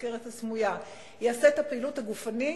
הסוכרת הסמויה ויעשה את הפעילות הגופנית,